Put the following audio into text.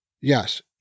Yes